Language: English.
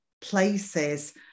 places